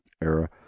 era